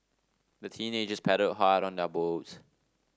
the teenagers paddled hard on their boat